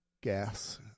gas